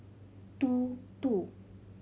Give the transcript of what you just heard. two two